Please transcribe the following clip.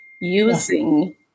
using